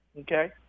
Okay